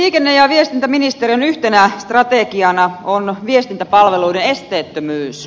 liikenne ja viestintäministeriön yhtenä strategiana on viestintäpalveluiden esteettömyys